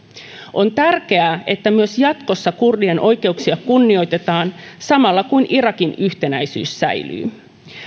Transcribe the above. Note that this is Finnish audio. on tärkeää että myös jatkossa kurdien oikeuksia kunnioitetaan samalla kun irakin yhtenäisyys säilyy